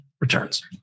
returns